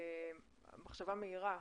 מחשבה מהירה,